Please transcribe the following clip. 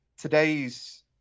today's